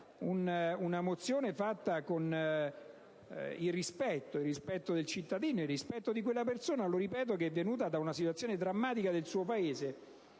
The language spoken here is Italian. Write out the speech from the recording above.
una mozione che tiene in conto il rispetto del cittadino e di quella persona che proviene da una situazione drammatica nel suo Paese.